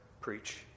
preach